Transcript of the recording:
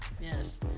yes